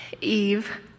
Eve